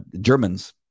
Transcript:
Germans